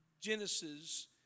Genesis